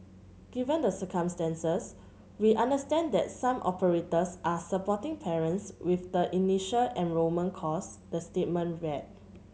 given the circumstances we understand that some operators are supporting parents with the initial enrolment costs the statement read